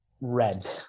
red